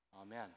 amen